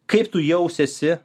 kaip tu jausiesi